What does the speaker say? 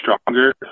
stronger